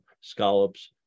scallops